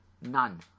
None